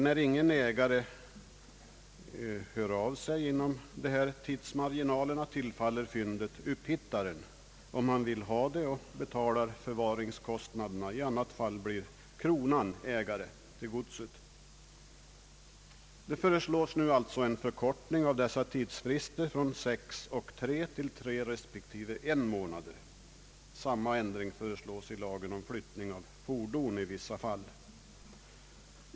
När ingen ägare hör av sig inom dessa tidsmarginaler tillfaller fyndet upphittaren, om denne vill ha det och betalar förvaringskostnaderna. I annat fall blir kronan ägare till godset. Nu föreslås alltså en förkortning av dessa tidsfrister från sex och tre till tre och en månader. Samma ändring föreslås i lagen om fiyttning av fordon i vissa fall.